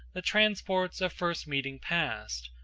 the transports of first meeting past,